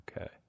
Okay